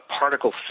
particle